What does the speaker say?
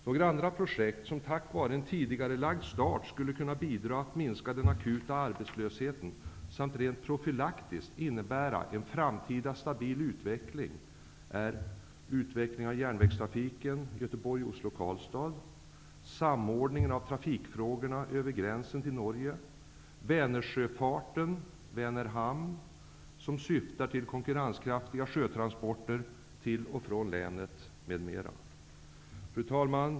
Några andra projekt som tack vare en tidigarelagd start skulle kunna bidra till att minska den akuta arbetslösheten samt rent profylaktiskt innebära en framtida stabil utveckling är utvecklingen av järnvägstrafiken Göteborg--Oslo--Karlstad, samordningen av trafikfrågorna över gränsen till Fru talman!